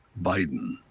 Biden